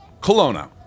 Kelowna